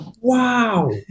Wow